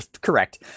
correct